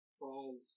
falls